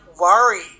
worry